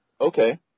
Okay